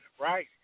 right